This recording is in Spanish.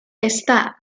está